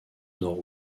nord